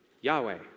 Yahweh